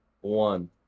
One